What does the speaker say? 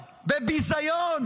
בביזיון.